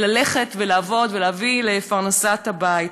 ללכת ולעבוד ולהביא לפרנסת הבית.